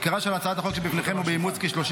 עיקרה של הצעת החוק שבפניכם היא באימוץ כ-30